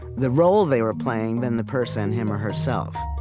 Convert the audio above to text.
the role they were playing, than the person, him or herself